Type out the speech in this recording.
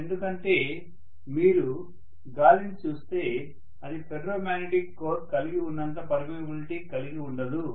ఎందుకంటే మీరు గాలిని చూస్తే అది ఫెర్రో మ్యాగ్నెటిక్ కోర్ కలిగి ఉన్నంత పర్మియబిలిటీ కలిగి ఉండదు